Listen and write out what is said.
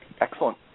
Excellent